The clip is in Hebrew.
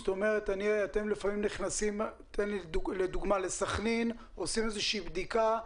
אתם נכנסים לדוגמה לסכנין ועושים איזושהי בדיקה,